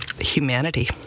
humanity